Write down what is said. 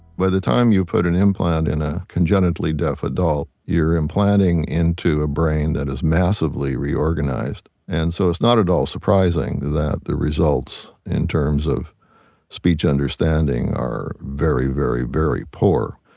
by the time you put an implant in a congenitally deaf adult, you're implanting into a brain that is massively reorganized, and so it's not at all surprising that the results in terms of speech understanding are very, very, very poor.